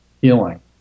healing